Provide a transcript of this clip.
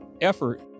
effort